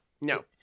No